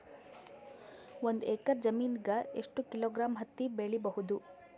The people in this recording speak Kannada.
ಒಂದ್ ಎಕ್ಕರ ಜಮೀನಗ ಎಷ್ಟು ಕಿಲೋಗ್ರಾಂ ಹತ್ತಿ ಬೆಳಿ ಬಹುದು?